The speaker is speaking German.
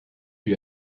wie